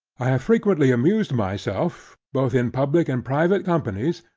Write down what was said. i have frequently amused myself both in public and private companies,